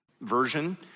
version